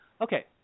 Okay